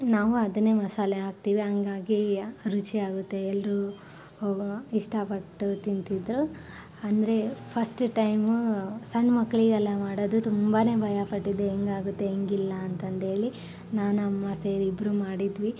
ನಾವು ಅದನ್ನೇ ಮಸಾಲೆ ಹಾಕ್ತೀವಿ ಹಂಗಾಗಿಯೇ ರುಚಿ ಆಗುತ್ತೆ ಎಲ್ಲರೂ ಹೋಗೋ ಇಷ್ಟಪಟ್ಟು ತಿಂತಿದ್ದರೂ ಅಂದರೆ ಫಸ್ಟ್ ಟೈಮು ಸಣ್ಣ ಮಕ್ಳಿಗೆಲ್ಲ ಮಾಡೋದು ತುಂಬನೇ ಭಯ ಪಟ್ಟಿದ್ದೆ ಹೆಂಗೆ ಆಗುತ್ತೆ ಹೆಂಗಿಲ್ಲ ಅಂತಂದೇಳಿ ನಾನು ಅಮ್ಮ ಸೇರಿ ಇಬ್ಬರೂ ಮಾಡಿದ್ವಿ